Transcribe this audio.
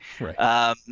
Right